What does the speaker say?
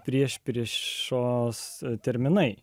priešpriešos terminai